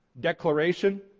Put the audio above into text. declaration